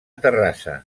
terrassa